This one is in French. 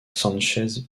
sánchez